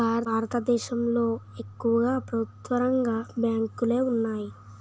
భారతదేశంలో ఎక్కువుగా ప్రభుత్వరంగ బ్యాంకులు ఉన్నాయి